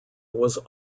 was